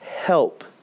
help